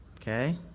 Okay